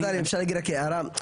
אפשר להגיד רק הערה?